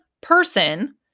person